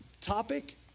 topic